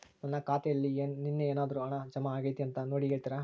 ನನ್ನ ಖಾತೆಯಲ್ಲಿ ನಿನ್ನೆ ಏನಾದರೂ ಹಣ ಜಮಾ ಆಗೈತಾ ಅಂತ ನೋಡಿ ಹೇಳ್ತೇರಾ?